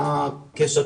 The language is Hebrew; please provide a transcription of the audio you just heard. היה קשר,